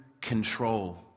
control